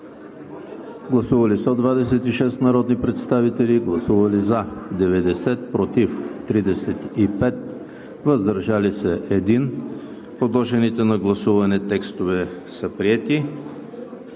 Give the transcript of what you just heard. Гласували 126 народни представители: за 90, против 35, въздържал се 1. Подложените на гласуване текстове са приети.